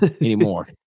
anymore